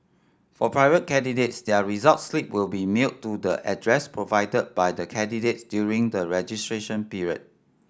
for private candidates their result slip will be mailed to the address provided by the candidates during the registration period